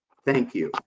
thank you.